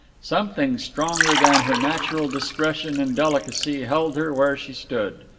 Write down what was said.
something stronger than her natural discretion and delicacy held her where she stood.